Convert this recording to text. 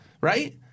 Right